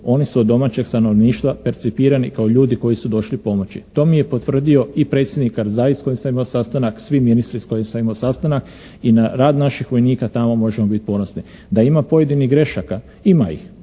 oni su od domaćeg stanovništva percipirani kao ljudi koji su došli pomoći. To mi je potvrdio i predsjednik Karzais s kojim sam imao sastanak, svi ministri s kojima sam imao sastanak i na rad naših vojnika tamo možemo biti ponosni. Da ima pojedinih grešaka, ima ih,